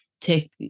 take